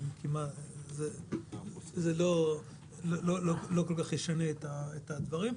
זה לא ישנה את הדברים.